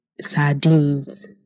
sardines